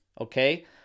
okay